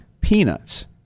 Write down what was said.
peanuts